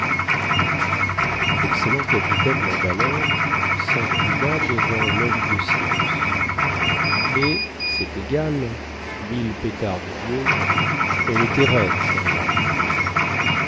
lexcellent capitaine lemballeur sinclina devant lhomme de science mais cest égal mille pétards de dieu elle était raide celle-là